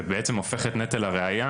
זה בעצם הופך נטל הראייה.